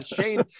Shane